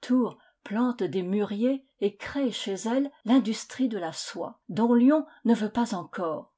tours plante des mûriers et crée chez elle l'industrie de la soie dont lyon ne veut pas encore